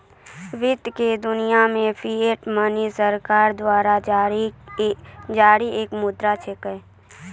वित्त की दुनिया मे फिएट मनी सरकार द्वारा जारी एक मुद्रा छिकै